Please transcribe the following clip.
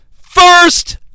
first